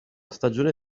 stagione